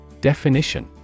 Definition